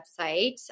website